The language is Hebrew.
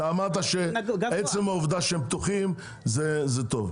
אמרת שעצם העובדה שהם פתוחים זה טוב,